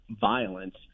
violence